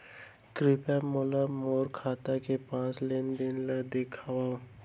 कृपया मोला मोर खाता के पाँच लेन देन ला देखवाव